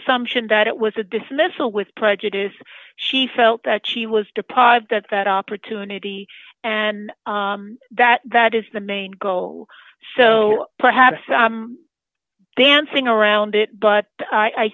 assumption that it was a dismissal with prejudice she felt that she was deprived at that opportunity and that that is the main goal so perhaps i'm dancing around it but i